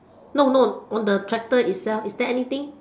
no no on the tractor itself is there anything